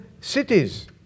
cities